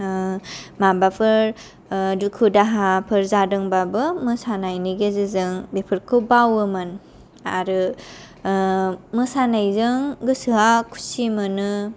ओ माबाफोर ओ दुखु दाहाफोर जादोंबाबो मोसानायनि गेजेरजों बेफोरखौ बावोमोन आरो ओ मोसानायजों गोसोआ खुसि मोनो